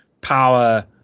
power